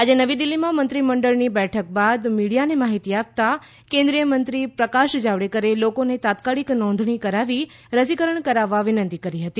આજે નવી દિલ્ફીમાં મંત્રીમંડળની બેઠક બાદ મીડિયાને માહિતી આપતાં કેન્દ્રીય મંત્રી પ્રકાશ જાવડેકરે લોકોને તાત્કાલિક નોંધણી કરાવી રસીકરણ કરાવવા વિનંતી કરી હતી